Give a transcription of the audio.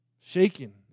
shaking